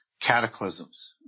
cataclysms